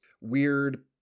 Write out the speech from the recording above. weird